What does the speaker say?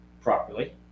properly